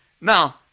Now